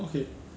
okay